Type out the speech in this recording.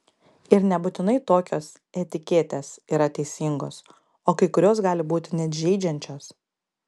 ir nebūtinai tokios etiketės yra teisingos o kai kurios gali būti net žeidžiančios